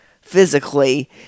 physically